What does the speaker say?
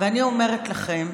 ואני אומרת לכם,